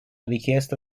richiesta